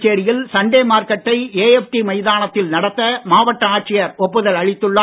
புதுச்சேரியில் சண்டே மார்க்கெட்டை ஏஎப்டி மைதானத்தில் நடத்த மாவட்ட ஆட்சியர் ஒப்புதல் அளித்துள்ளார்